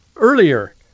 Earlier